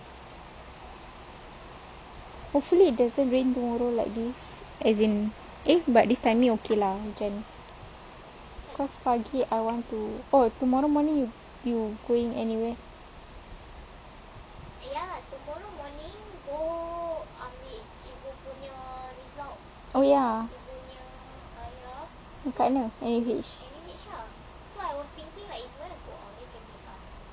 hopefully it doesn't rain tomorrow like this as in eh this timing okay lah hujan cause pagi I want to oh tomorrow morning you going anywhere oh ya dekat mana N_U_H